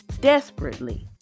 desperately